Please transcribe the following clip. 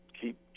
keep